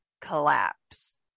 collapse